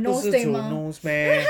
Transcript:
不是 through nose meh